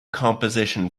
composition